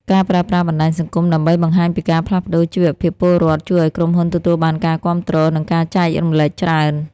ការប្រើប្រាស់បណ្ដាញសង្គមដើម្បីបង្ហាញពីការផ្លាស់ប្តូរជីវភាពពលរដ្ឋ ជួយឱ្យក្រុមហ៊ុនទទួលបានការគាំទ្រ និងការចែករំលែកច្រើន។